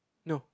no